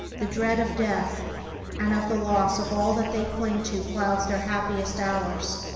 the dread of death and of the loss of all that they cling to clouds their happiest hours,